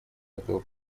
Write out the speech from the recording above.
этого